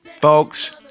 Folks